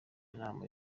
inama